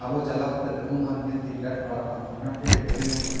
ᱟᱵᱚ ᱪᱟᱞᱟᱣ ᱠᱟᱛᱮᱫ ᱟᱹᱜᱩᱢᱟ ᱱᱤᱦᱟᱹᱛᱤ ᱞᱮᱹᱴ ᱯᱟᱲᱟᱣᱚᱜᱼᱟ ᱚᱱᱟᱛᱮ ᱜᱟᱹᱰᱤ ᱢᱚᱴᱚᱨ